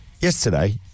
yesterday